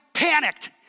panicked